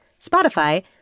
Spotify